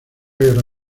guerra